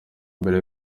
mbere